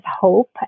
hope